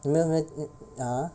你们有没有 mm (uh huh)